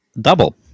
double